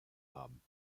haben